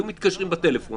היו מתקשרים בטלפון